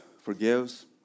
forgives